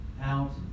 out